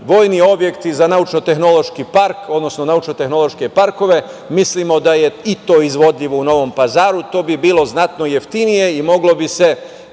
vojni objekti za Naučno tehnološki park, odnosno naučno tehnološke parkove. Mislimo da je i to izvodljivo u Novom Pazaru. To bi bilo znatno jeftinije i moglo bi se